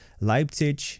Leipzig